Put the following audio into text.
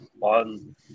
on